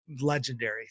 legendary